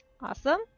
Awesome